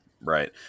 right